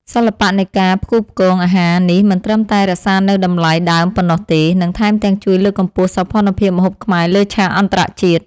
សិល្បៈនៃការផ្គូផ្គងអាហារនេះមិនត្រឹមតែរក្សានូវតម្លៃដើមប៉ុណ្ណោះទេនិងថែមទាំងជួយលើកកម្ពស់សោភ័ណភាពម្ហូបខ្មែរលើឆាកអន្តរជាតិ។